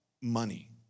money